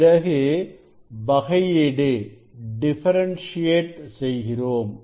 பிறகு வகையீடு செய்கிறோம்